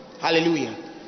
Hallelujah